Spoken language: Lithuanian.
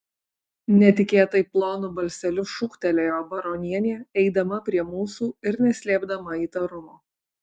netikėtai plonu balseliu šūktelėjo baronienė eidama prie mūsų ir neslėpdama įtarumo